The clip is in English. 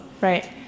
Right